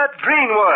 Greenwood